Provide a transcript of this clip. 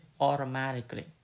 automatically